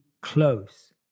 close